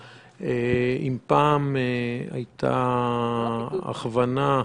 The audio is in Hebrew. אם פעם הבדיקה הייתה 14 יום לאחור,